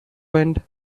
wind